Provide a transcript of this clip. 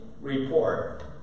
report